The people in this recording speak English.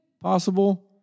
possible